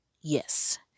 Yes